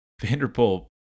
Vanderpool